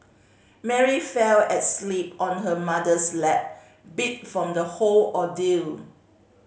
Mary fell asleep on her mother's lap beat from the whole ordeal